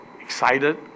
excited